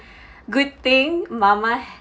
good thing mama